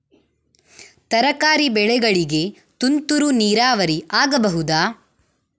ತರಕಾರಿ ಬೆಳೆಗಳಿಗೆ ತುಂತುರು ನೀರಾವರಿ ಆಗಬಹುದಾ?